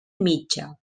mitja